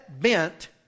bent